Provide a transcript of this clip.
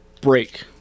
break